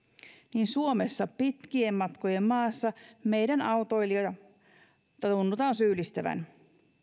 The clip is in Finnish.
niin suomessa pitkien matkojen maassa meidän autoilijoita tunnutaan syyllistävän